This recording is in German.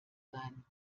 sein